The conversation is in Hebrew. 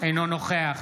אינו נוכח